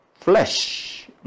flesh